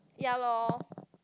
ya lor